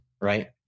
Right